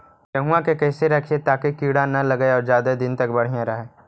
गेहुआ के कैसे रखिये ताकी कीड़ा न लगै और ज्यादा दिन तक बढ़िया रहै?